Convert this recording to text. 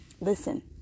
listen